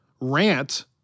rant